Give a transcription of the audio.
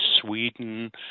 Sweden